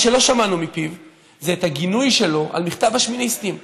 מה שלא שמענו מפיו זה את הגינוי שלו על מכתב השמיניסטים,